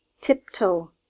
tiptoe